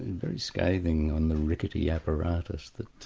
very scathing, on the rickety apparatus that